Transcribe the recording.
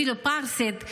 אפילו בפרסית.